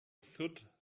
thud